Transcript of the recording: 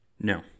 No